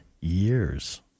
years